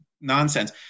nonsense